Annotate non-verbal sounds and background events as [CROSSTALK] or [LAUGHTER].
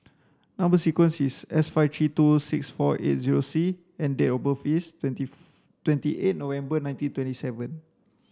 number sequence is S five three two six four eight zero C and date of birth is twenty [UNINTELLIGIBLE] twenty eight November nineteen twenty seven